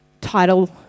title